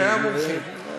בתאי המומחים.